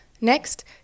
Next